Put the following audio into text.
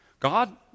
God